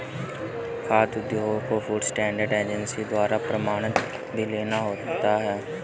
खाद्य उद्योगों को फूड स्टैंडर्ड एजेंसी द्वारा प्रमाणन भी लेना होता है